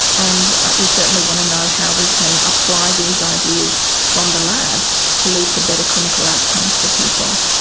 and we certainly want to know how we can apply these ideas from the lab to lead to better clinical outcomes for people.